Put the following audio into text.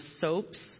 soaps